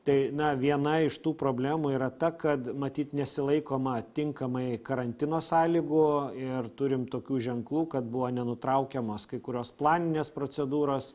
tai na viena iš tų problemų yra ta kad matyt nesilaikoma tinkamai karantino sąlygų ir turim tokių ženklų kad buvo nenutraukiamos kai kurios planinės procedūros